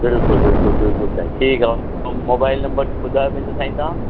बिल्कुलु बिल्कुलु बिल्कुलु साईं ठीकु आहे मोबाइल नम्बर ॿुधायो पंहिंजो साईं तव्हां